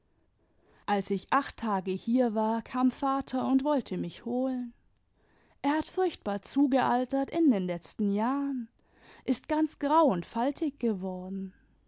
als ich acht tage hier war kam vater und wollte mich holen er hat furchtbar zugealtert in den letzten jahren ist ganz grau und faltig geworden